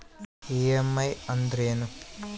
EMI ಅಂದ್ರೇನು?